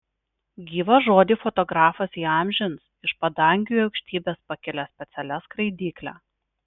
gyvą žodį fotografas įamžins iš padangių į aukštybes pakilęs specialia skraidykle